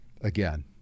again